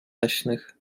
leśnych